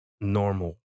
normal